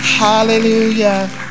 hallelujah